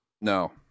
No